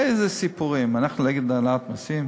איזה סיפורים, אנחנו נגד העלאת מסים?